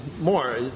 more